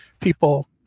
people